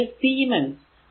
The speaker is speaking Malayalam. അല്ലെങ്കിൽ സീമെൻസ്